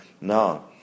Now